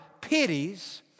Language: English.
pities